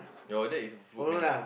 your dad is a Food Panda